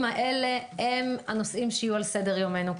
האלה הם הנושאים שיהיו על סדר-יומנו.